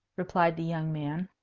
replied the young man.